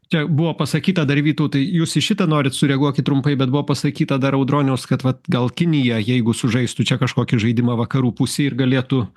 čia buvo pasakyta dar vytautai jūs į šitą norit sureaguokit trumpai bet buvo pasakyta dar audroniaus kad vat gal kinija jeigu sužaistų čia kažkokį žaidimą vakarų pusėj ir galėtų